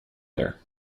there